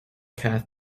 path